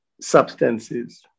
substances